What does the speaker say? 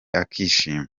akishima